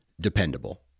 dependable